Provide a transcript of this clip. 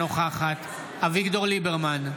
אינה נוכחת אביגדור ליברמן,